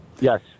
Yes